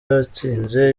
abatsinze